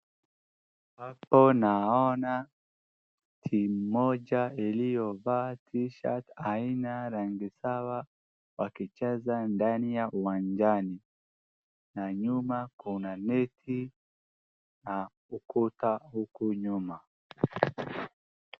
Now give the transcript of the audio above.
Hapo naona timu moja iliyovaa t-shirt aina rangi sawa wakicheza ndani ya uwanjani. Na nyuma kuna neti na ukuta huku nyuma.